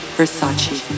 Versace